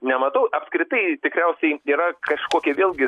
nematau apskritai tikriausiai yra kažkokie vėlgi